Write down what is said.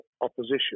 opposition